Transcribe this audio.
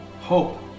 Hope